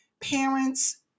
parents